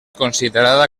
considerada